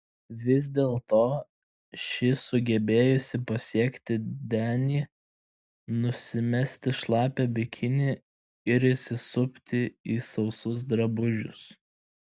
vis dėlto ši sugebėjusi pasiekti denį nusimesti šlapią bikinį ir įsisupti į sausus drabužius